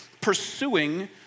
pursuing